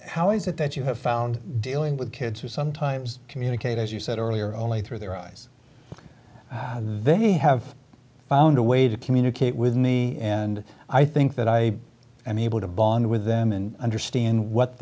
that you have found dealing with kids who sometimes communicate as you said earlier only through their eyes they have found a way to communicate with me and i think that i am able to bond with them and understand what